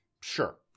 sure